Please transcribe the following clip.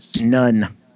None